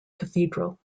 cathedral